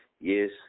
Yes